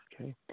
okay